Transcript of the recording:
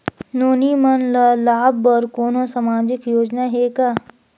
नोनी मन ल लाभ बर कोनो सामाजिक योजना हे का?